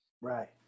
right